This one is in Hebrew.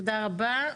תודה רבה.